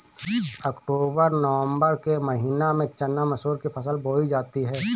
अक्टूबर नवम्बर के महीना में चना मसूर की फसल बोई जाती है?